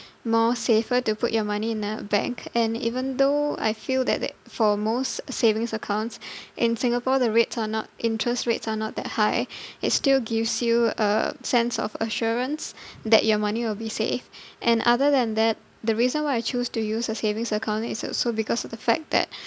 more safer to put your money in a bank and even though I feel that that for most savings accounts in Singapore the rates are not interest rates are not that high it still gives you a sense of assurance that your money will be safe and other than that the reason why I choose to use a savings account is also because of the fact that